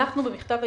פסק הדין